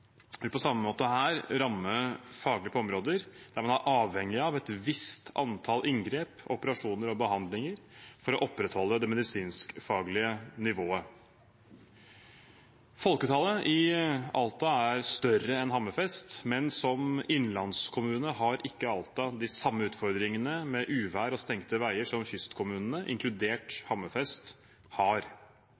vil på samme måte her ramme faglig på områder der man er avhengig av et visst antall inngrep, operasjoner og behandlinger for å opprettholde det medisinsk-faglige nivået. Folketallet i Alta er større enn i Hammerfest, men som innlandskommune har ikke Alta de samme utfordringene med uvær og stengte veier som kystkommunene, inkludert Hammerfest, har.